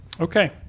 Okay